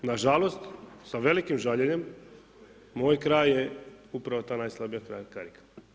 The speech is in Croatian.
Na žalost, sa velikim žaljenjem moj kraj je upravo ta najslabija karika.